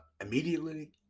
Immediately